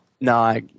No